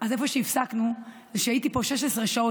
אז איפה שהפסקנו זה שהייתי פה 16 שעות